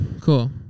cool